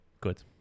Good